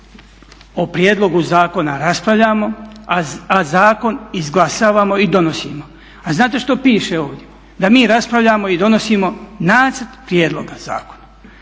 o prijedlogu zakona raspravljamo, a zakon izglasavamo i donosimo. A znate što piše ovdje? Da mi raspravljamo i donosimo nacrt prijedloga zakona.